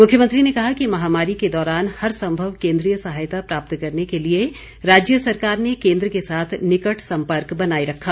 मुख्यमंत्री ने कहा कि महामारी के दौरान हर संभव केन्द्रीय सहायता प्राप्त करने के लिए राज्य सरकार ने केन्द्र के साथ निकट संपर्क बनाए रखा